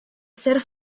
ser